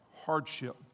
hardship